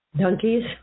Donkeys